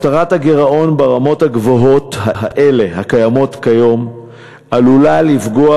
הותרת הגירעון ברמות הגבוהות האלה הקיימות היום עלולה לפגוע